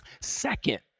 Second